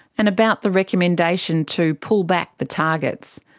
and about the recommendation to pull back the targets.